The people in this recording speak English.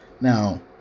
Now